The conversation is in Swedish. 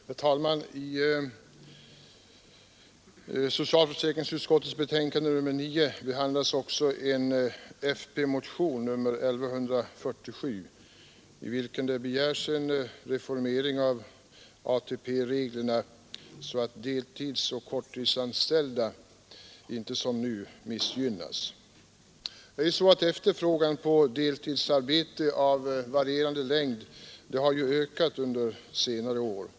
Herr talman! I socialförsäkringsutskottets betänkande nr 9 behandlas också folkpartimotionen 1147, i vilken begärs en sådan reformering av ATP-reglerna att deltidsoch korttidsanställda ej som nu missgynnas. Efterfrågan på deltidsarbete av varierande längd har under senare år ökat.